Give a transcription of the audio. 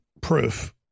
proof